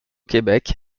québec